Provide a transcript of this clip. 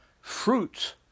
fruits